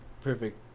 perfect